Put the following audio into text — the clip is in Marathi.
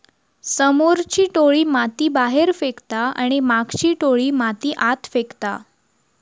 समोरची टोळी माती बाहेर फेकता आणि मागची टोळी माती आत फेकता